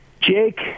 jake